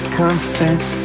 confess